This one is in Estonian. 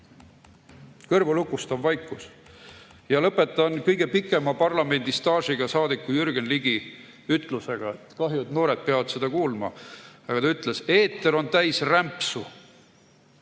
Kõrvulukustav vaikus. Lõpetan kõige pikema parlamendistaažiga saadiku Jürgen Ligi ütlusega. Kahju, et noored peavad seda kuulma, aga ta ütles: "Eeter on täis rämpsu."